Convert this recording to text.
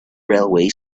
railway